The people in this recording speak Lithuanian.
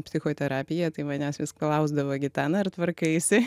psichoterapiją tai manęs vis klausdavo gitana ar tvarkaisi